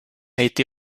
été